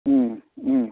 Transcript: ও ও